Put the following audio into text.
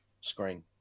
screen